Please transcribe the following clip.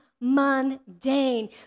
mundane